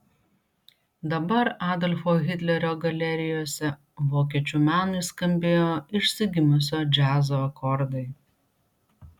dabar adolfo hitlerio galerijose vokiečių menui skambėjo išsigimusio džiazo akordai